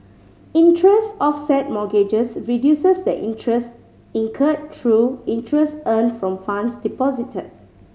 interest offset mortgages reduces the interest incurred through interest earned from funds deposited